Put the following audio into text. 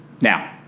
Now